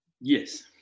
Yes